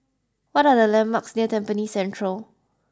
what are the landmarks near Tampines Central